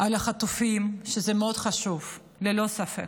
על החטופים, שזה מאוד חשוב, ללא ספק,